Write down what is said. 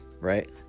right